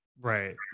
Right